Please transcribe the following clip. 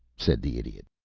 said the idiot.